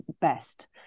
best